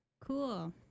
Cool